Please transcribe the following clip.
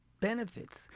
benefits